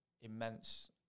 immense